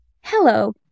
hello